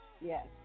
Yes